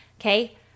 okay